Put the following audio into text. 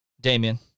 Damien